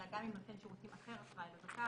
אלא גם אם נותן שירותים אחר אחראי לו ---.